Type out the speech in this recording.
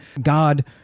God